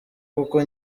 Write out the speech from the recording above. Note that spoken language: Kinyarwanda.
kuko